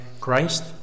Christ